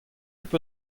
hocʼh